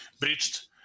breached